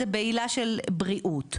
זה בעילה של בריאות,